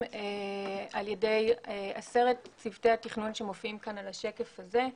על ידי עשרת צוותי התכנון שמופיעים כאן על השקף הזה.